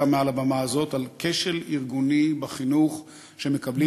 גם מעל הבמה הזאת: כשל ארגוני בחינוך שמקבלים